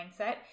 mindset